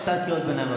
קצת קריאות ביניים,